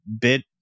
bit